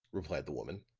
replied the woman.